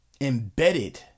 embedded